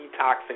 detoxing